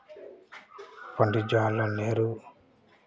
Pandit Jawaharlal Nehru